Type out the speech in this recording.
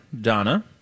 Donna